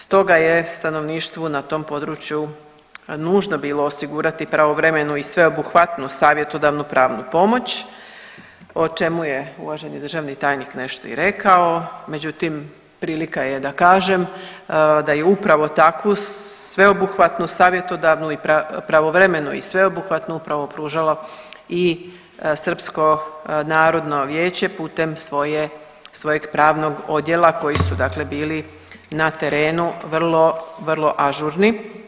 Stoga je stanovništvu na tom području nužno bilo osigurati pravovremenu i sveobuhvatnu savjetodavnu pravnu pomoć o čemu je uvaženi državni tajnik nešto i rekao, međutim prilika je da kažem da je upravo takvu sveobuhvatnu savjetodavnu i pravovremeno i sveobuhvatno upravo pružala i Srpsko narodno vijeće putem svojeg pravnog odjela koji su bili na terenu vrlo ažurni.